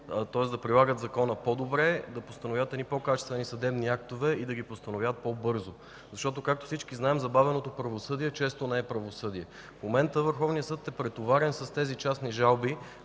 те да прилагат Закона по-добре, да постановяват по-качествени съдебни актове и да ги постановяват по-бързо. Защото както всички знаем, забавеното правосъдие често не е правосъдие. В момента Върховният съд е претоварен с частните жалби,